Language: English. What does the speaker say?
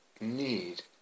need